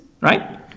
right